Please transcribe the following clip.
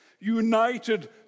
United